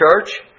church